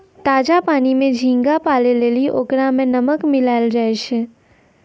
ताजा पानी में झींगा पालै लेली ओकरा में नमक मिलैलोॅ जाय छै